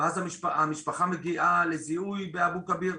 ואז המשפחה מגיעה לזיהוי לאבו כביר.